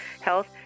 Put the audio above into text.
Health